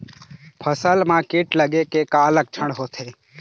फसल म कीट लगे के का लक्षण होथे?